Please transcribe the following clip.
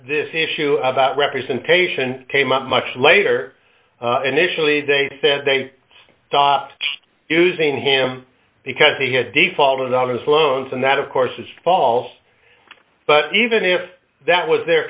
this issue about representation came up much later initially they said they stopped using him because he had defaulted on his loans and that of course it's false but even if that was their